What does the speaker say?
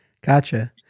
Gotcha